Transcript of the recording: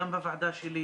גם בוועדה שלי,